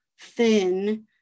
thin